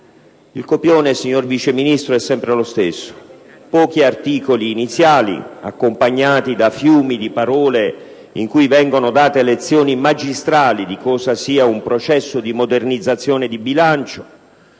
Il copione, signor Vice Ministro, è sempre lo stesso: pochi articoli iniziali, accompagnati da fiumi di parole in cui vengono date lezioni magistrali di cosa sia un processo di modernizzazione di bilancio;